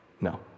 no